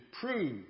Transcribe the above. prove